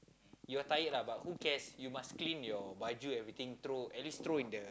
you are tired lah but who cares you must clean your baju everything throw at least throw in the